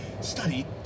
study